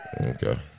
Okay